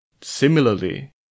Similarly